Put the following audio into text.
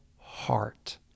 heart